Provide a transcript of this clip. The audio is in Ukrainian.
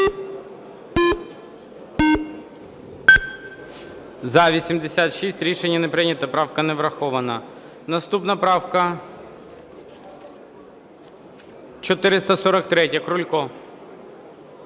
За-87 Рішення не прийнято. правка не врахована. Наступна правка 500, Власенко.